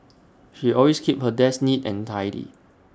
she always keeps her desk neat and tidy